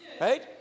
Right